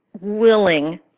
willing